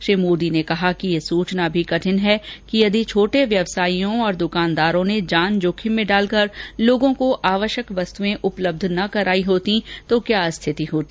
श्री मोदी ने कहा कि यह सोचना भी कठिन है कि यदि छोटे व्यवसायियों और दुकानदारों ने जान जोखिम डाल कर लोगों को आवश्यक वस्तुएं उपलब्ध नहीं करायी होती तो क्या स्थिति होती